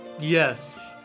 Yes